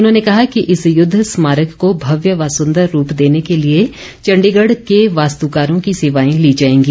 उन्होंने कहा कि इस युद्ध स्मारक को भव्य व सुंदर रूप देने के लिए चण्डीगढ़ के वास्तुकारों की सेवाएं ली जाएंगी